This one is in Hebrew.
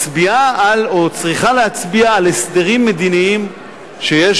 מצביעה או צריכה להצביע על הסדרים מדיניים שיש